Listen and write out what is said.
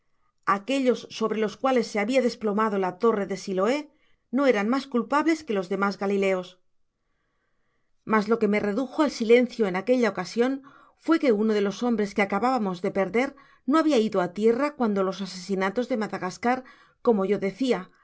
aquellos sobre los uales se habia desplomado la torre de sik é no eran mas culpables que ios demás galileos mas lo que me redujo al silencio en aquella ocasion fué que uno de los hombres que acabábamos de perder no habia ido á tierra cuando los asesinatos de madagascar como yo decia á